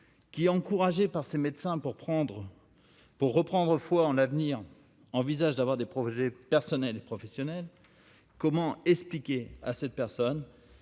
qui, encouragé par ses médecins pour prendre pour reprendre foi en l'avenir, envisage d'avoir des projets personnels et professionnels, comment expliquer à cette personne